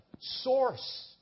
source